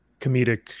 comedic